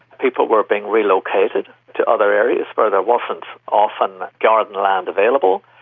people were being relocated to other areas where there wasn't often garden land available.